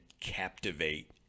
captivate